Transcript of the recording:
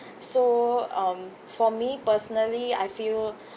so um for me personally I feel